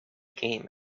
game